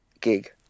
gig